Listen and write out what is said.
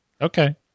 Okay